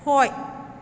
ꯍꯣꯏ